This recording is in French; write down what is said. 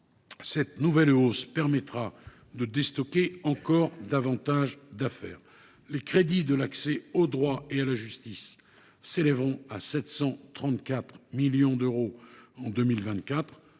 Cette nouvelle hausse permettra de déstocker encore plus d’affaires. Les crédits alloués à l’accès au droit et à la justice s’élèveront à 734 millions d’euros en 2024,